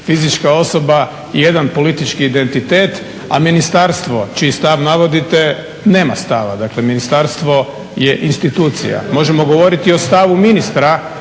fizička osoba, jedan politički identitet, a ministarstvo čiji stav navodite nema stava. Dakle, ministarstvo je institucija. Možemo govoriti o stavu ministra